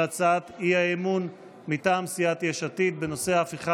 על הצעת האי-אמון מטעם סיעת יש עתיד בנושא: ההפיכה